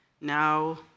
now